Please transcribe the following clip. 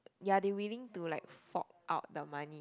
ya they willing to like fork out the money